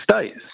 States